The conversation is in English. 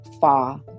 far